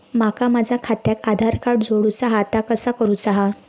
माका माझा खात्याक आधार कार्ड जोडूचा हा ता कसा करुचा हा?